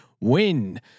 win